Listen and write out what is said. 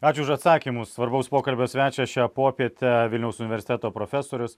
ačiū už atsakymus svarbaus pokalbio svečias šią popietę vilniaus universiteto profesorius